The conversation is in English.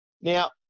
Now